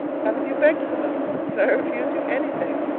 haven't you begged for them? can i refuse you anything?